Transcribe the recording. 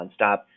nonstop